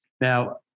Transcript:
Now